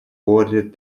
awarded